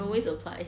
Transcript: you can always apply